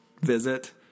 visit